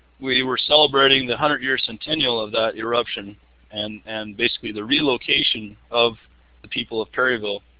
we were celebrating the hundred-year centennial of that eruption and and basically, the relocation of the people of perryville.